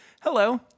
Hello